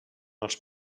els